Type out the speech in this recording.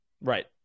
Right